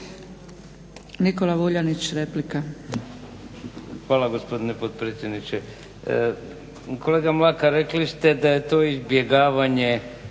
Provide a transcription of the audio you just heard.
- Stranka rada)** Hvala gospođo potpredsjednice. Kolega Mlakar rekli ste da je to izbjegavanje